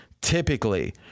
typically